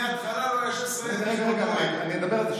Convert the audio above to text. מהתחלה לא היו 16,000. אני אדבר על זה,